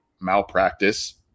malpractice